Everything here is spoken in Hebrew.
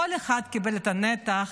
כל אחד קיבל את הנתח,